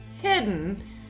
hidden